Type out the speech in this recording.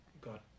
got